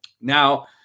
Now